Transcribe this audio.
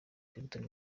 clinton